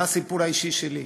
זה הסיפור האישי שלי.